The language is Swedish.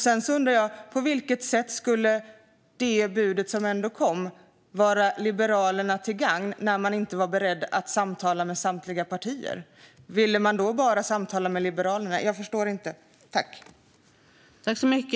Sedan undrar jag: På vilket sätt skulle det bud som ändå kom vara Liberalerna till gagn när man inte var beredd att samtala med samtliga partier? Ville man bara samtala med Liberalerna? Jag förstår inte.